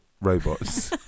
robots